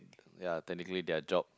yea technically their job